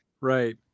Right